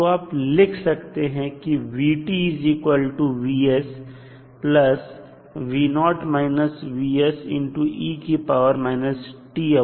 तो आप लिख सकते हैं v